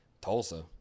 Tulsa